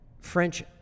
French